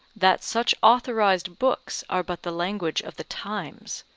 that such authorized books are but the language of the times.